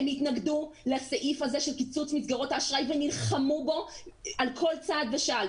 הם התנגדו לסעיף הזה של קיצוץ מסגרות האשראי ונלחמו בו על כל צעד ושעל.